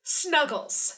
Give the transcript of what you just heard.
snuggles